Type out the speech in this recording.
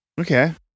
okay